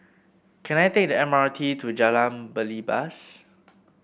can I take the M R T to Jalan Belibas